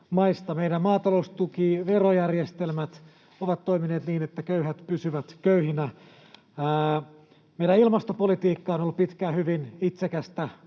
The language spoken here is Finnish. maataloustukiverojärjestelmät ovat toimineet niin, että köyhät pysyvät köyhinä. Meidän ilmastopolitiikka on ollut pitkään hyvin itsekästä.